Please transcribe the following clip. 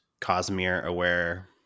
Cosmere-aware